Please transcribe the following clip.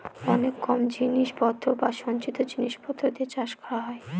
অনেক কম জিনিস পত্র বা সঞ্চিত জিনিস পত্র দিয়ে চাষ করা হয়